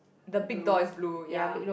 the big door is blue ya